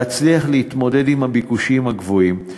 להצליח להתמודד עם הביקושים הגבוהים,